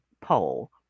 poll